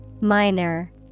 minor